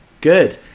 Good